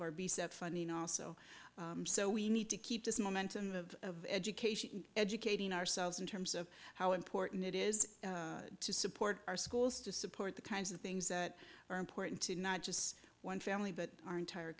be set funny and also so we need to keep this momentum of education educating ourselves in terms of how important it is to support our schools to support the kinds of things that are important to not just one family but our entire